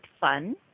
fun